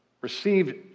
received